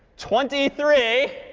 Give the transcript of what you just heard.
twenty three.